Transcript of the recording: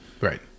right